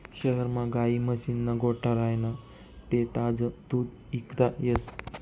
शहरमा गायी म्हशीस्ना गोठा राह्यना ते ताजं दूध इकता येस